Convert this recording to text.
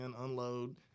unload